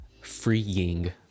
freeing